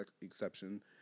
exception